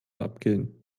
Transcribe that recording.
abgehen